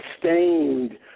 sustained